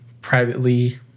privately